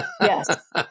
yes